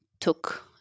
took